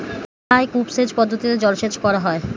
কোথায় কূপ সেচ পদ্ধতিতে জলসেচ করা হয়?